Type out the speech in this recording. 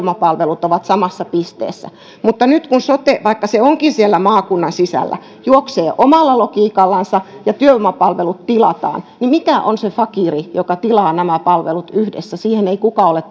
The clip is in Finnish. työvoimapalvelut ovat samassa pisteessä mutta nyt kun sote vaikka se onkin siellä maakunnan sisällä juoksee omalla logiikallansa ja työvoimapalvelut tilataan niin mikä on se fakiiri joka tilaa nämä palvelut yhdessä siihen ei kukaan ole